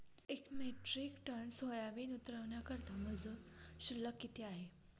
एक metric ton soybean उतरवण्याकरता मजूर शुल्क किती आहे?